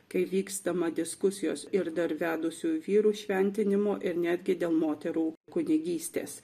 kai vykstama diskusijos ir dar vedusių vyrų šventinimo ir netgi dėl moterų kunigystės